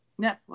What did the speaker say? Netflix